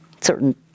certain